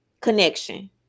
connection